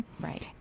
Right